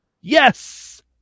Yes